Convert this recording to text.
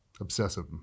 obsessive